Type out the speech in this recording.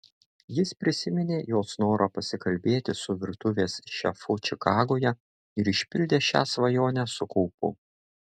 jis prisiminė jos norą pasikalbėti su virtuvės šefu čikagoje ir išpildė šią svajonę su kaupu